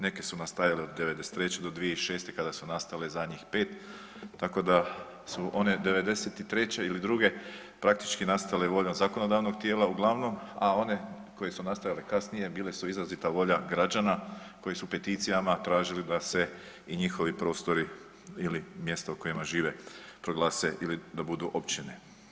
Neke su nastajale od '93. do 2006. kada su nastale zadnjih pet, tako da su one '93. ili '92. praktički nastale voljom zakonodavnog tijela uglavnom, a one koje su nastajale kasnije bile su izrazita volja građana koji su peticijama tražili da se i njihovi prostori ili mjesto u kojima žive proglase ili da budu općine.